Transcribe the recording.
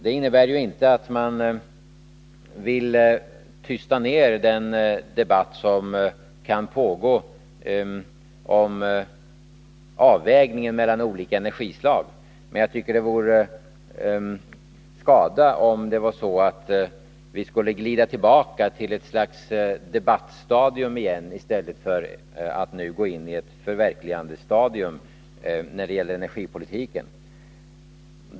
Det innebär inte att man vill tysta ner den debatt om avvägningen mellan olika energislag som kan pågå, men det vore skada om vi skulle glida tillbaka till ett slags debattstadium i stället för att nu gå in i ett förverkligandestadium när det gäller energipolitiken.